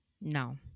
No